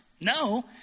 No